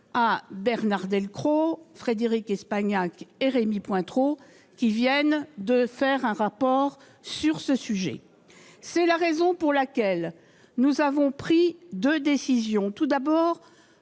à Bernard Delcros, Frédérique Espagnac et Rémy Pointereau qui viennent de rendre un rapport sur ce sujet. C'est la raison pour laquelle nous avons pris deux décisions : tout d'abord,